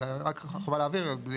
אלא רק חובה להעביר.